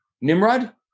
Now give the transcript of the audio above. Nimrod